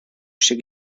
się